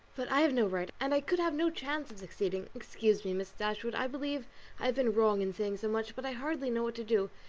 but i have no right, and i could have no chance of succeeding. excuse me, miss dashwood. i believe i have been wrong in saying so much, but i hardly know what to do,